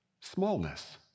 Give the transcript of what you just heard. smallness